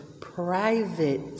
private